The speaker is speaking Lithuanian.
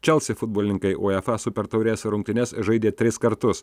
chelsea futbolininkai uefa super taurės rungtynes žaidė tris kartus